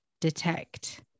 detect